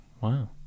Wow